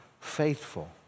faithful